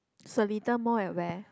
Seletar Mall at where